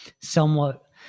somewhat